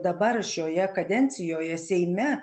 dabar šioje kadencijoje seime